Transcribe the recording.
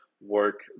work